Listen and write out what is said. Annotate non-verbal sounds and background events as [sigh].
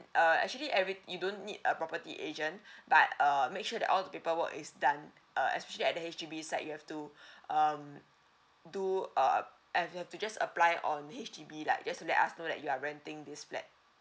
uh actually everyt~ you don't need a property agent [breath] but uh make sure that all the paperwork is done uh especially at the H_D_B side you have to [breath] um do uh and have to just apply on H_D_B like just to let us know that you are renting this flat